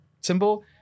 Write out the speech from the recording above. symbol